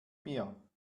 mir